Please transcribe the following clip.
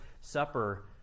Supper